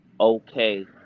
okay